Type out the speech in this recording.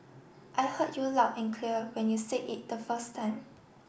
I heard you loud and clear when you said it the first time